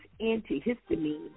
antihistamine